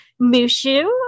Mushu